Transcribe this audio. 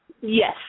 Yes